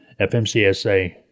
FMCSA